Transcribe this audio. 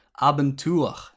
Abenteuer